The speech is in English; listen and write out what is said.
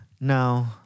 no